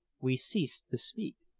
we ceased to speak,